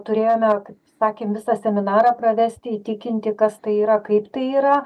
turėjome kaip sakėm visą seminarą pravesti įtikinti kas tai yra kaip tai yra